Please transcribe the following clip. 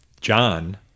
John